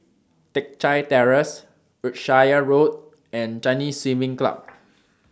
Teck Chye Terrace Wiltshire Road and Chinese Swimming Club